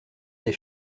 des